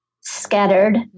scattered